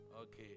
Okay